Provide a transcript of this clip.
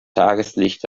tageslicht